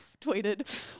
tweeted